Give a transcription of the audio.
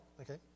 okay